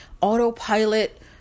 autopilot